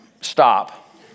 Stop